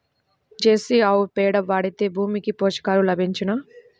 Jersey ఆవు పేడ వాడితే భూమికి పోషకాలు లభించునా?